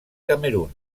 camerun